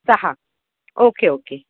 सहा okay okay